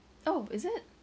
oh is it